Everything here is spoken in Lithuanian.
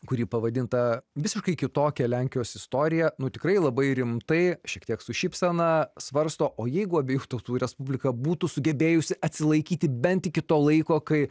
kuri pavadinta visiškai kitokią lenkijos istorija nu tikrai labai rimtai šiek tiek su šypsena svarsto o jeigu abiejų tautų respublika būtų sugebėjusi atsilaikyti bent iki to laiko kai